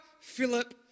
Philip